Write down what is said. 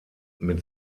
mit